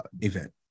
event